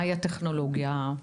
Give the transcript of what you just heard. מהי הטכנולוגיה,